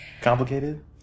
Complicated